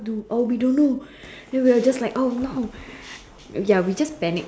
do oh we don't know and we're just like oh no ya we just panic